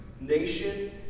nation